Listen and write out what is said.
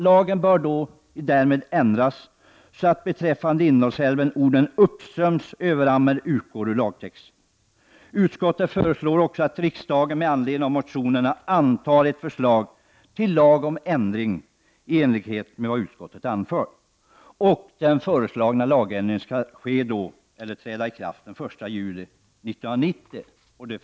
Lagen bör därmed ändras så att beträffande Indalsälven orden ”uppströms Överammer” utgår ur lagtexten. Utskottet föreslår också att riksdagen med anledning av motionerna antar ett förslag till lag om ändring i NRL i enlighet med vad utskottet anfört. Den föreslagna lagen bör, som framgår av betänkandet, träda i kraft den 1 juli 1990.